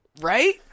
Right